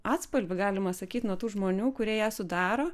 atspalvį galima sakyt nuo tų žmonių kurie ją sudaro